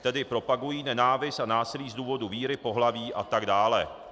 Tedy propagují nenávist a násilí z důvodu víry, pohlaví atd.